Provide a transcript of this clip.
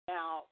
Now